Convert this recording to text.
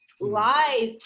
Lies